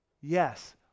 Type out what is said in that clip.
yes